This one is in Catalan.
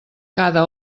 cada